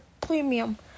Premium